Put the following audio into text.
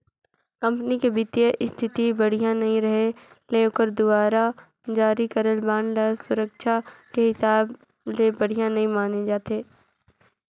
company के बित्तीय इस्थिति बड़िहा नइ रहें ले ओखर दुवारा जारी करल बांड ल सुरक्छा के हिसाब ले बढ़िया नइ माने जाए